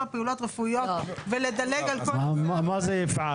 פעולות רפואיות" ולדלג על כל --- מה זה "יפעל"?